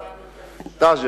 נכון?